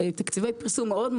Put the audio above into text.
תקציבי פרסום מאוד,